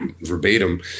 verbatim